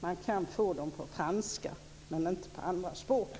Man kan få dem på franska, men inte på andra språk.